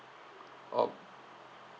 okay